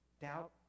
Doubt